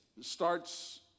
starts